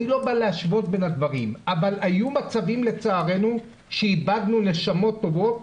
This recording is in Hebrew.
אני לא בא להשוות בין הדברים אבל היו לצערנו מקרים שאיבדנו נשמות טובות,